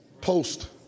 post